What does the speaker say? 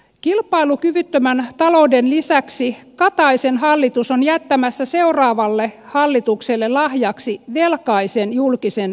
kilpailukyvyttömän talouden lisäksi kataisen hallitus on jättämässä seuraavalle hallitukselle lahjaksi velkaisen julkisen sektorin